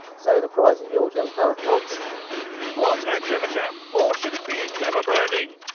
so the prize is yours young fellow. what a clever chap or should it be clever browning!